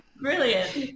brilliant